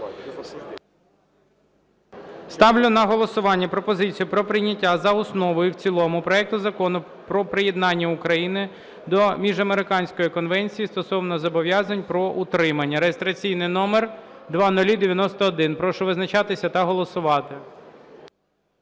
Ставлю на голосування пропозицію про прийняття за основу і в цілому проекту Закону про приєднання України до Міжамериканської конвенції стосовно зобов'язань про утримання (реєстраційний номер 0091). Прошу визначатися та голосувати.